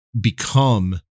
become